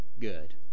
good